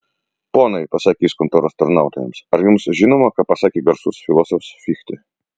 ponai pasakė jis kontoros tarnautojams ar jums žinoma ką pasakė garsus filosofas fichtė